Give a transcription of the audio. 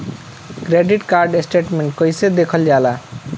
Credit card statement कइसे देखल जाला?